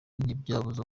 ntibyabuza